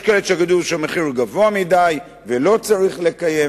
ויש כאלה שיגידו שהמחיר הוא גבוה מדי ולא צריך לקיים.